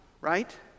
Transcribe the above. right